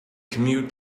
commute